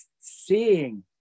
seeing